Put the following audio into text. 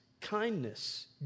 kindness